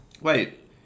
Wait